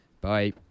Bye